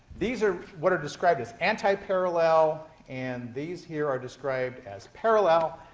these are what are described as antiparallel and these here are described as parallel.